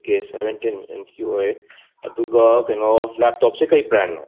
okay seventeen ꯏꯟꯁꯀꯤ ꯑꯣꯏ ꯑꯗꯨꯒ ꯀꯩꯅꯣ ꯂꯦꯞꯇꯣꯞꯁꯦ ꯀꯔꯤ ꯕ꯭ꯔꯥꯟꯅꯣ